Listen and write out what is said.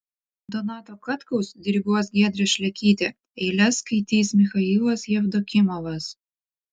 donato katkaus diriguos giedrė šlekytė eiles skaitys michailas jevdokimovas